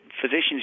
physicians